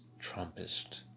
Trumpist